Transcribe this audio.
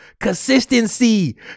consistency